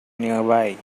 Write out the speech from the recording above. nearby